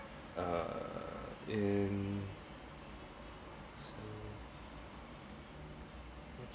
uh in